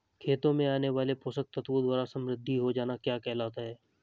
खेतों में आने वाले पोषक तत्वों द्वारा समृद्धि हो जाना क्या कहलाता है?